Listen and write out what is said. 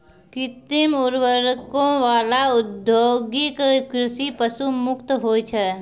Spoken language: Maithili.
कृत्रिम उर्वरको वाला औद्योगिक कृषि पशु मुक्त होय छै